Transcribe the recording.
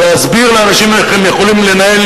ולהסביר לאנשים איך הם יכולים לנהל